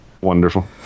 Wonderful